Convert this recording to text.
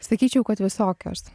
sakyčiau kad visokios